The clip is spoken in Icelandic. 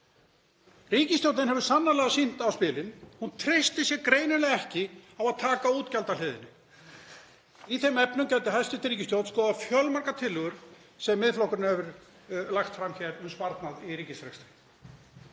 Ríkisstjórnin hefur sannarlega sýnt á spilin. Hún treystir sér greinilega ekki til að taka á útgjaldahliðinni. Í þeim efnum gæti hæstv. ríkisstjórn skoðað fjölmargar tillögur sem Miðflokkurinn hefur lagt fram um sparnað í ríkisrekstri.